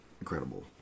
incredible